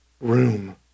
room